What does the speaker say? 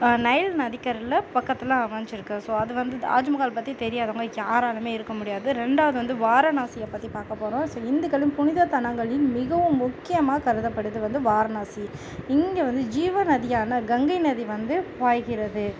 Nile நதிக்கரையில் பக்கத்தில் அமைஞ்சிருக்கு ஸோ அது வந்து தாஜு மகால் பற்றி தெரியாதவங்க யாராலுமே இருக்க முடியாது ரெண்டாவது வந்து வாரணாசியை பற்றி பார்க்க போகிறோம் ஸோ இந்துக்களும் புனித தளங்களின் மிகவும் முக்கியமாக கருதுப்படுது வந்து வாரணாசி இங்கே வந்து ஜீவ நதியான கங்கை நதி வந்து பாய்கிறது